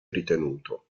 ritenuto